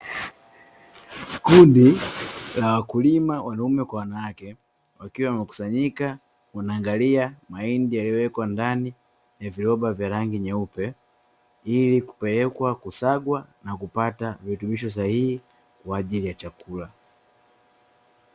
Kundi la wakulima, wanaume kwa wanawake, wakiwa wamekusanyika wanaangalia mahindi yaliyowekwa ndani ya viroba vya rangi nyeupe, ili kupelekwa kusagwa na kupata virutubisho sahihi kwa ajili ya chakula.